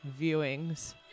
viewings